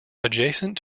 adjacent